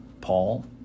Paul